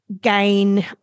gain